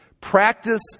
practice